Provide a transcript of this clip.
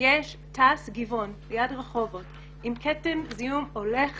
שיש את תע"ש גבעון ליד רחובות עם כתם זיהום הולך